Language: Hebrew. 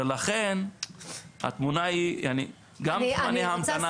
לכן התמונה היא גם זמני ההמתנה,